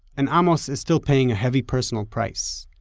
and amos is still paying a heavy personal price.